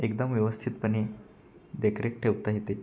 एकदम व्यवस्थितपणे देखरेख ठेवता येते